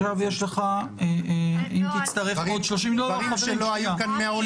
עכשיו יש לך --- דברים שלא היו כאן מעולם,